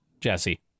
Jesse